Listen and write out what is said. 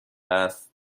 است